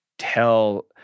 tell